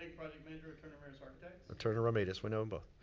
project manager, turner ramirez architects. turner ramirez, we know and